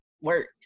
works